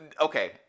okay